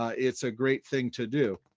ah it's a great thing to do.